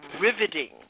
riveting